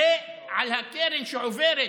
על הקרן שעוברת,